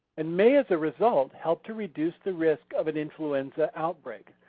and may as a result help to reduce the risk of an influenza outbreak.